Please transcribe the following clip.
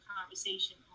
conversation